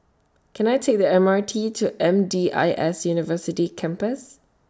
Can I Take The M R T to M D I S University Campus